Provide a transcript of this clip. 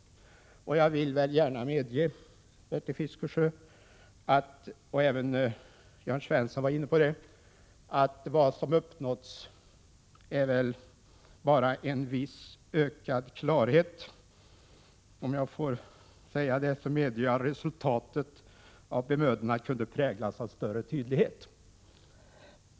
Jag vill gärna medge, Bertil Fiskesjö och Jörn Svensson, att det som har uppnåtts bara är en viss ökad klarhet. Jag måste medge att resultatet av bemödandena kunde ha präglats av större tydlighet.